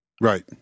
Right